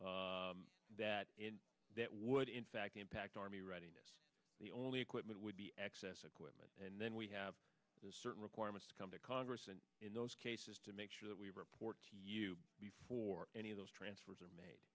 equipment that would in fact impact army readiness the only equipment would be excess equipment and then we have certain requirements come to congress and in those cases to make sure that we report to you before any of those transfers are made